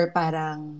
parang